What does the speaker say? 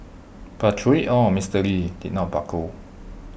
but through IT all Mister lee did not buckle